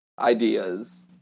ideas